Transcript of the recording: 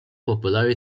popolari